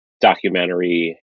documentary